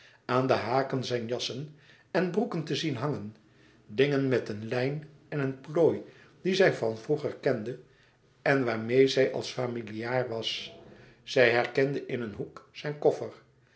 aan de haken zijn jassen en broeken te zien hangen dingen met een lijn en een plooi die zij van vroeger kende en waarmeê zij als familiaar was zij herkende in een hoek zijn koffer